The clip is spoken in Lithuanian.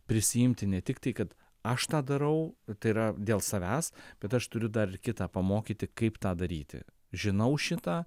prisiimti ne tik tai kad aš tą darau tai yra dėl savęs bet aš turiu dar ir kitą pamokyti kaip tą daryti žinau šitą